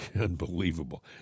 unbelievable